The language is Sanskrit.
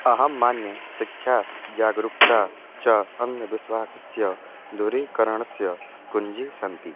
अहं मन्ये शिक्षा जागरूकता च अन्धविश्वासस्य दूरीकरणस्य कुञ्जी सन्ति